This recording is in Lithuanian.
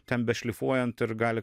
ten bešlifuojant ir gali